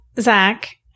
Zach